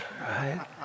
right